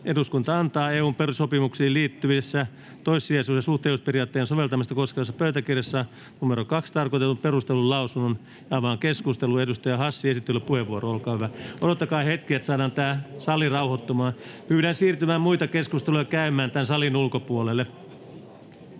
eduskunta antaa EU:n perussopimuksiin liitetyssä, toissijaisuus‑ ja suhteellisuusperiaatteen soveltamista koskevassa pöytäkirjassa n:o 2 tarkoitetun perustellun lausunnon. Avaan keskustelun. — Edustaja Hassi, esittelypuheenvuoro, olkaa hyvä. Odottakaa hetki, että saadaan tämä sali rauhoittumaan. Pyydän siirtymään käymään muita keskusteluja tämän salin ulkopuolelle.